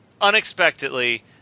Unexpectedly